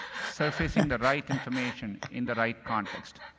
surfacing the right information in the right context.